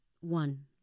one